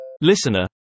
Listener